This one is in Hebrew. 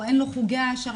או אין לו חוגי העשרה.